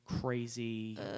crazy